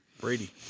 Brady